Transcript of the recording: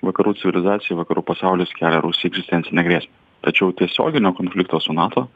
vakarų civilizacija vakarų pasaulis kelia rusija egzistencinę grėsmę tačiau tiesioginio konflikto su nato